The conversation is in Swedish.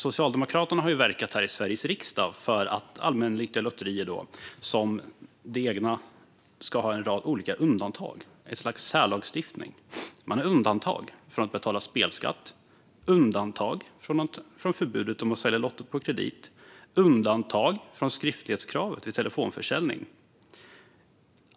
Socialdemokraterna har verkat i Sveriges riksdag för att allmännyttiga lotterier som det egna ska ha en rad olika undantag. Det är ett slags särlagstiftning. Man har undantag från att betala spelskatt, undantag från förbudet att sälja lotter på kredit och undantag från skriftlighetskravet vid telefonförsäljning.